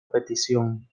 petición